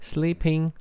Sleeping